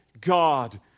God